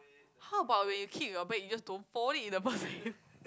how about when you keep your bed you just don't fold it in the first place